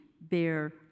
bear